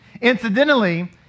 Incidentally